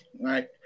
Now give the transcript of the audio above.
right